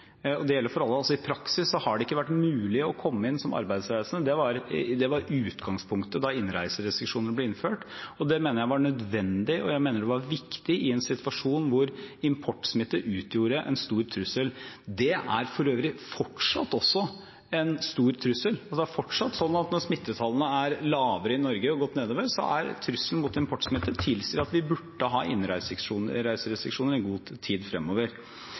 Det gjelder for alle. I praksis har det ikke vært mulig å komme inn som arbeidsreisende. Det var utgangspunktet da innreiserestriksjonene ble innført. Det mener jeg var nødvendig, og jeg mener det var viktig i en situasjon hvor importsmitte utgjorde en stor trussel. Det er for øvrig fortsatt en stor trussel, og det er fortsatt slik at når smittetallene er lavere i Norge, og har gått nedover, tilsier trusselen med importsmitte at vi burde ha innreiserestriksjoner en god tid fremover.